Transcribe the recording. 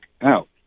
out